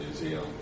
Museum